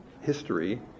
history